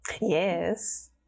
Yes